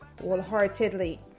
wholeheartedly